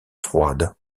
froides